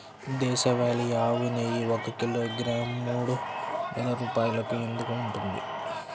దేశవాళీ ఆవు నెయ్యి ఒక కిలోగ్రాము మూడు వేలు రూపాయలు ఎందుకు ఉంటుంది?